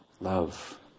Love